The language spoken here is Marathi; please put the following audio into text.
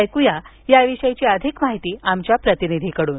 ऐक्या याविषयी अधिक माहिती आमच्या प्रतिनिधीकडून